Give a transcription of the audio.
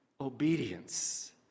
obedience